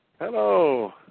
Hello